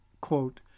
quote